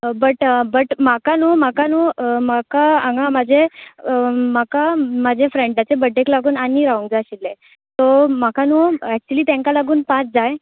but but म्हाका न्हू म्हाका न्हू म्हाका हांगा म्हाजे म्हाका फ्रेंडाचे बर्थडेक लागून आनींक रावूंक जाय आशिल्ले सो म्हाका न्हू ऍक्चुली तेंका लागून पांच जाय आशिल्ले